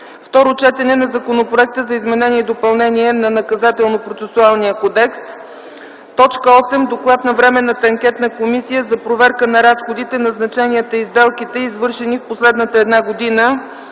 Второ четене на законопроекта за изменение и допълнение на Наказателно-процесуалния кодекс. 8. Доклад на Временната анкетна комисия за проверка на разходите, назначенията и сделките, извършени в последната една година